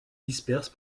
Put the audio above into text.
disperse